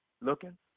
looking